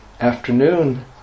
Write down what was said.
afternoon